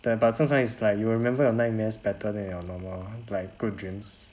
that but 正常 is like you will remember the nightmares better than your normal like good dreams